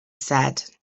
said